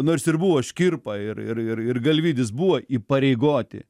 nors ir buvo škirpa ir ir ir ir galvydis buvo įpareigoti